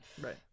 Right